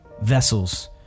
vessels